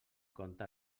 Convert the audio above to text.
compte